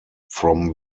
from